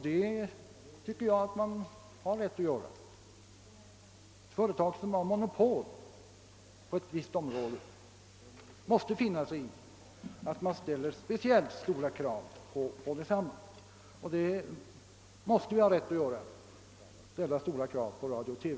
Det tycker jag att man har rätt att göra. Företag som har monopol på ett visst område får finna sig i att man ställer speciellt stora krav på dem, och vi måste ha rätt att ställa stora krav på radio och TV.